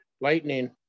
lightning